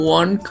one